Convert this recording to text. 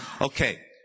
Okay